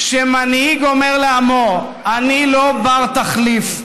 כשמנהיג אומר לעמו אני לא בר-תחליף,